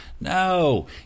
No